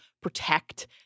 protect